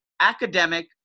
academic